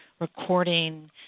recording